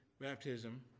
baptism